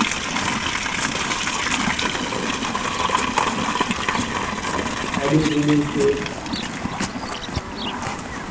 threading शेव